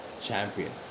champion